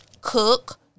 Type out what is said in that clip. cook